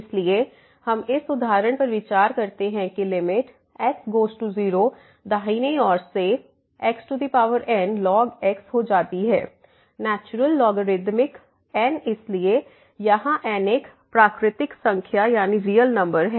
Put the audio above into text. इसलिए हम इस उदाहरण पर विचार करते हैं कि लिमिट x गोज़ टू 0 दाहिनी ओर से xnln x हो जाती है नेचुरल लोगरिथमिक n इसलिए यहाँ n एक प्राकृत संख्या है